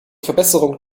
verbesserung